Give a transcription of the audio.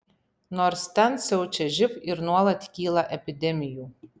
nors ten siaučia živ ir nuolat kyla epidemijų